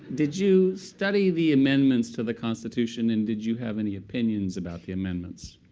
did you study the amendments to the constitution? and did you have any opinions about the amendments?